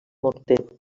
morter